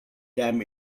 damn